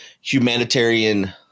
humanitarian